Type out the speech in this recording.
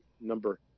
number